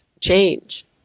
change